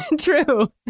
True